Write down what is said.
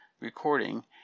Recording